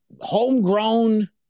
homegrown